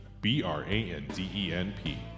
b-r-a-n-d-e-n-p